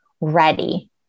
ready